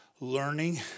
learning